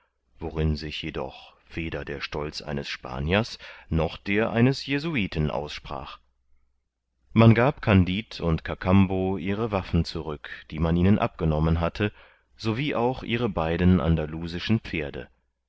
worin sich jedoch weder der stolz eines spaniers noch der eines jesuiten aussprach man gab kandid und kakambo ihre waffen zurück die man ihnen abgenommen hatte sowie auch ihre beiden andalusischen pferde